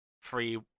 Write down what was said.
free